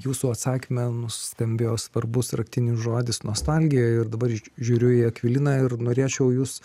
jūsų atsakyme nuskambėjo svarbus raktinis žodis nostalgija ir dabar ž žiūriu į akviliną ir norėčiau jus